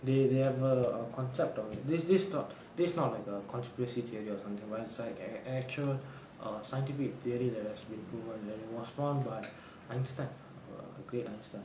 they they have a concept of this this thought this not like a conspiracy theory or something but it's like actual err scientific theory there has been proven and was found by einstein err gerat einstein